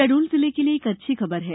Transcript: शहडोल जिले के लिए एक अच्छी खबर है